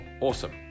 awesome